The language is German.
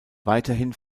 weiterhin